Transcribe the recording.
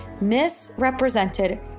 misrepresented